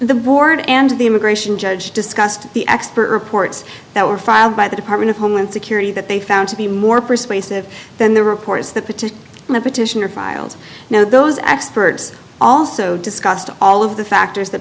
the board and the immigration judge discussed the expert reports that were filed by the department of homeland security that they found to be more persuasive than the reports that petition the petitioner filed now those experts also discussed all of the factors that